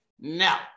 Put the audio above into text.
Now